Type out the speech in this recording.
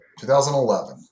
2011